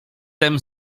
tem